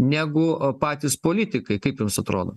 negu patys politikai kaip jums atrodo